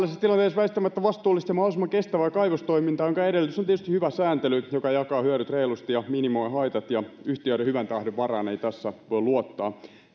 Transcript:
väistämättä vastuullista ja mahdollisimman kestävää kaivostoimintaa jonka edellytys on tietysti hyvä sääntely joka jakaa hyödyt reilusti ja minimoi haitat yhtiöiden hyvän tahdon varaan ei tässä voi luottaa